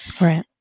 Right